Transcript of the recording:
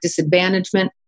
disadvantagement